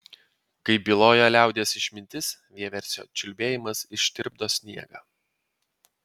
kaip byloja liaudies išmintis vieversio čiulbėjimas ištirpdo sniegą